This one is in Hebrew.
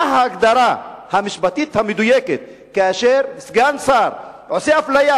מה ההגדרה המשפטית המדויקת כאשר סגן שר עושה אפליה